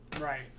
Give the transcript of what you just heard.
Right